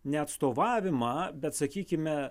ne atstovavimą bet sakykime